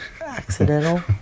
accidental